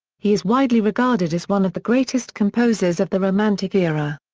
he is widely regarded as one of the greatest composers of the romantic era.